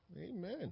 Amen